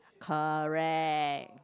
correct